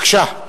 בבקשה.